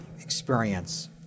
experience